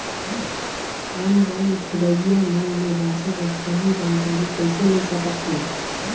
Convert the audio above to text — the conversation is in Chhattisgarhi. ऑनलाइन ठगईया मन ले बांचें बर सही जानकारी कइसे ले सकत हन?